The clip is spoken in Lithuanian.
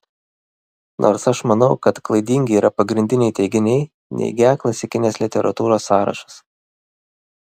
nors aš manau kad klaidingi yra pagrindiniai teiginiai neigią klasikinės literatūros sąrašus